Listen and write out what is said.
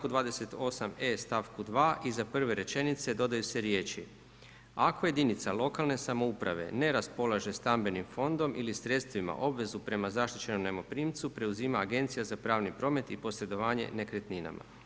U čl. 28. e, st. 2. iza prve rečenice dodaju se riječi, ako jedinica lokalne samouprave ne raspolaže stambenim fondom ili sredstvima obvezu prema zaštićenom najmoprimcu preuzima Agencija za pravni promet i posredovanje nekretninama.